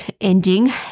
ending